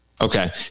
Okay